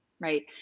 right